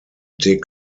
dig